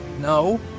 No